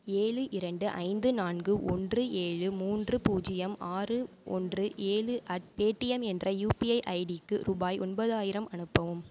ஏழு இரண்டு ஐந்து நான்கு ஒன்று ஏழு மூன்று பூஜ்ஜியம் ஆறு ஒன்று ஏழு அட் பேடிஎம் என்ற யுபிஐ ஐடிக்கு ரூபாய் ஒன்பதாயிரம் அனுப்பவும்